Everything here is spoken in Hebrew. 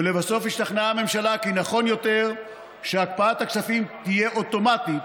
ולבסוף השתכנעה הממשלה כי נכון יותר שהקפאת הכספים תהיה אוטומטית